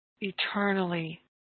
eternally